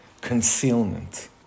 concealment